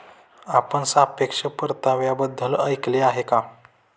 आपण सापेक्ष परताव्याबद्दल ऐकले आहे का?